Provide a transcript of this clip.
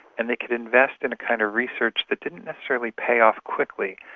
and they could invest in a kind of research that didn't necessarily pay off quickly.